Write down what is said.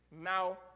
now